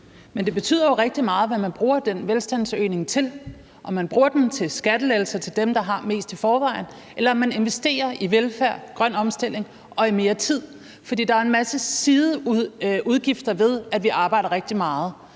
Men det betyder jo rigtig meget, hvad man bruger den velstandsøgning til – om man bruger den til skattelettelser til dem, der har mest i forvejen, eller om man investerer i velfærd, i grøn omstilling og i mere tid. For der er en masse sideudgifter ved, at vi arbejder rigtig meget.